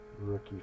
Rookie